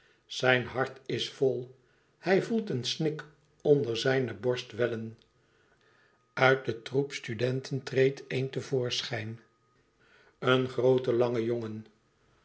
zijn hart is vol hij voelt een snik onder zijne borst wellen uit den troep studenten treedt een te voorschijn een groote lange jongen